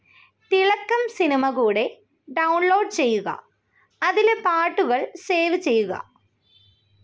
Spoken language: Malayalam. തിളക്കം സിനിമ കൂടെ ഡൌൺലോഡ് ചെയുക അതിലെ പാട്ടുകൾ സേവ് ചെയ്യുക